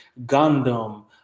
Gundam